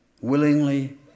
willingly